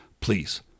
please